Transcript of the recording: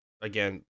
again